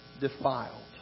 defiled